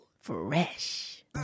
Fresh